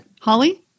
Holly